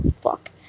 fuck